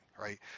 right